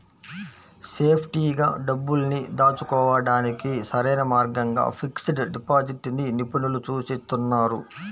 సేఫ్టీగా డబ్బుల్ని దాచుకోడానికి సరైన మార్గంగా ఫిక్స్డ్ డిపాజిట్ ని నిపుణులు సూచిస్తున్నారు